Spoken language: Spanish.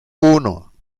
uno